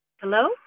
Hello